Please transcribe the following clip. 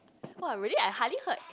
!wah! really I hardly heard